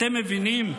אתם מבינים?